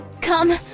Come